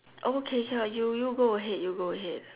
okay sure you go ahead you go ahead